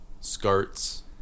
skirts